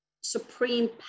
supreme